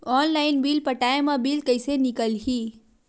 Online bill पटाय मा bill कइसे निकलही?